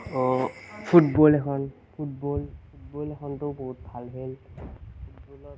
football football এখনতো বহুত ভাল খেল